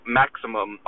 maximum